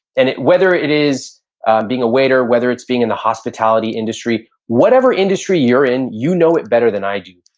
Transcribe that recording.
and whether it is being a waiter, whether it's being in the hospitality industry. whatever industry you're in, you know it better than i do.